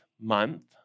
month